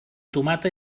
tomata